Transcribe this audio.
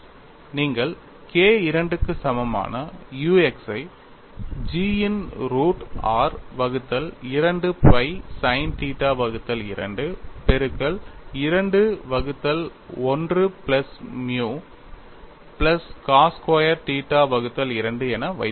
நீங்கள் K II க்கு சமமான u x ஐ G இன் ரூட் r 2 pi sin θ 2 பெருக்கல் 2 1 plus mu plus cos square θ 2 என வைத்துள்ளேர்கள்